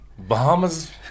Bahamas